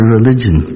religion